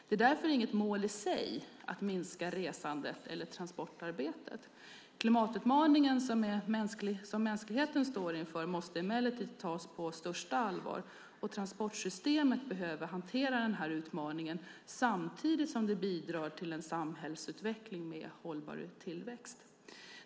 Det är därför inget mål i sig att minska resandet eller transportarbetet. Klimatutmaningen som mänskligheten står inför måste emellertid tas på största allvar, och transportsystemet behöver hantera denna utmaning samtidigt som det bidrar till en samhällsutveckling med hållbar tillväxt.